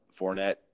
Fournette